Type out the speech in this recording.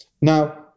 now